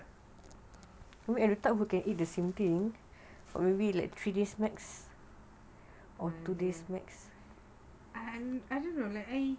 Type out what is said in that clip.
I don't know I